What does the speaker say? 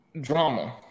drama